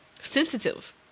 sensitive